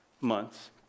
months